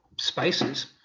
spaces